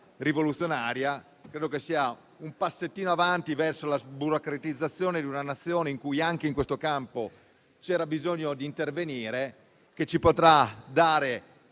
rivoluzionaria, ma credo sia un passettino avanti verso la sburocratizzazione di una Nazione in cui, anche in questo campo, c'era bisogno di intervenire. Ci potrà dare